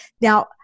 now